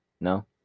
No